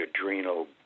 adrenal